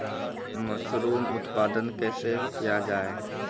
Mushroom उत्पादन कैसे किया जाय?